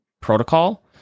protocol